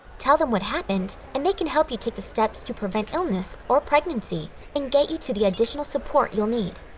tell them what happened and they can help you take the steps to prevent illness or pregnancy and get you to the additional support you'll need.